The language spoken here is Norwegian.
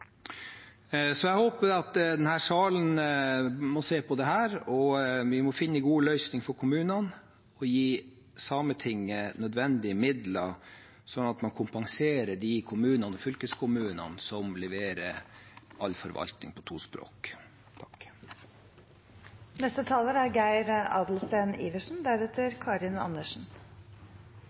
Jeg håper at denne salen vil se på dette. Vi må finne gode løsninger for kommunene og gi Sametinget de nødvendige midlene, slik at man kompenserer de kommunene og fylkeskommunene som leverer all forvaltning på to språk. Jeg er stolt av å bo i Finnmark. Dessverre er